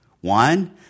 One